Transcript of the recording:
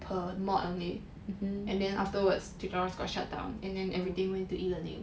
per mod only and then afterwards tutorials got shut down and then everything went to e-learning